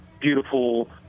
beautiful